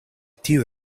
tiu